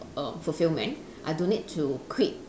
err for filming I don't need to quit